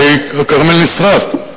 הרי הכרמל נשרף.